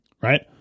right